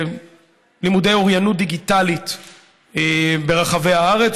לימודי אוריינות דיגיטלית ברחבי הארץ,